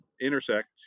intersect